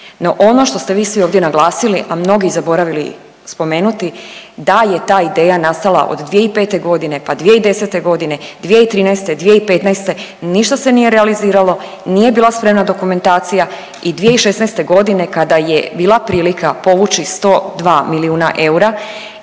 No, ono što ste vi svi ovdje naglasili, a mnogi zaboravili spomenuti da je ta ideja nastala od 2005. godine, pa 2010. godine, 2013., 2015. ništa se nije realiziralo, nije bila spremna dokumentacija i 2016. godine kada je bila prilika povući 102 milijuna eura